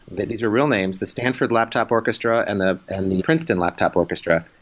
these are real names. the stanford laptop orchestra, and the and the princeton laptop orchestra.